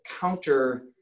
counter